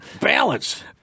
Balance